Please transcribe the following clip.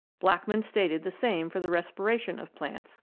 blackman stated the same for the respiration of plants.